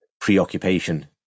preoccupation